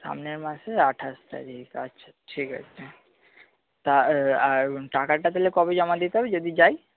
সামনের মাসের আঠাশ তারিখ আচ্ছা ঠিক আছে তা আর টাকাটা তাহলে কবে জমা দিতে হবে যদি যাই